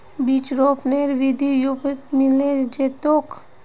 बीज रोपनेर विधि यूट्यूबत मिले जैतोक